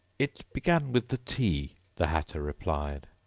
it began with the tea the hatter replied.